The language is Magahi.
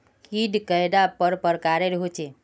कीट कैडा पर प्रकारेर होचे?